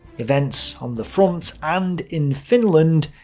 events on the front, and in finland,